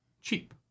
cheap